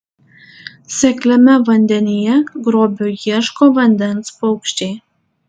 sekliame vandenyje grobio ieško vandens paukščiai